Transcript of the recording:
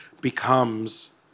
becomes